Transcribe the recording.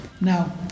Now